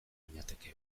ginateke